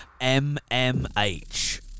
MMH